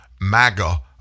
MAGA